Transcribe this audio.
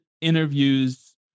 interviews